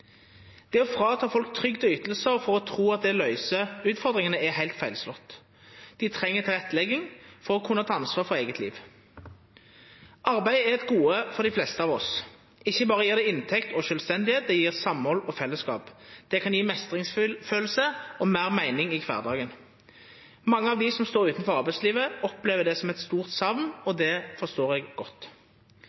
Det å ta frå folk trygd og ytingar og tru at det løyser utfordringane, er heilt feilslått. Dei treng tilrettelegging for å kunna ta ansvar for eigne liv. Arbeid er eit gode for dei fleste av oss. Ikkje berre gjev det inntekt og sjølvstende, det gjev samhald og fellesskap. Det kan gje meistringsfølelse og meir meining i kvardagen. Mange av dei som står utanfor arbeidslivet, opplever det som eit stort sakn, og det forstår eg godt.